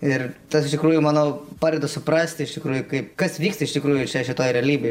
ir tas iš tikrųjų manau padeda suprasti iš tikrųjų kaip kas vyksta iš tikrųjų čia šitoj realybėj